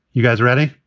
you guys ready?